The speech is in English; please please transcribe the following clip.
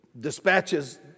dispatches